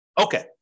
Okay